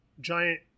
giant